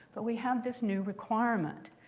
but we have this new requirement.